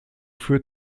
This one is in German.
führt